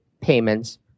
payments